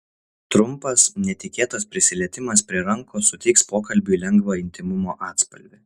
trumpas netikėtas prisilietimas prie rankos suteiks pokalbiui lengvą intymumo atspalvį